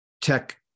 tech